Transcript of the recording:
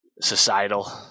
societal